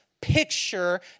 picture